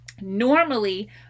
normally